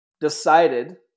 decided